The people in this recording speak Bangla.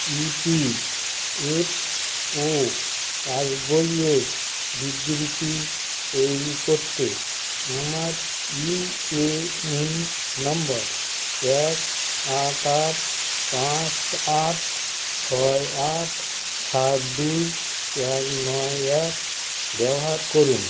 ইপিএফও পাসবইয়ের বিবৃতি তৈরি করতে আমার ইউএএন নম্বর এক আট আট পাঁচ আট ছয় আট সাত দুই এক নয় এক ব্যবহার করুন